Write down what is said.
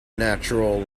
natural